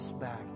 back